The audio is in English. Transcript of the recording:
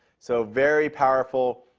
so very powerful,